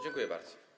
Dziękuję bardzo.